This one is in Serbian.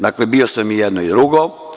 Dakle, bio sam i jedno i drugo.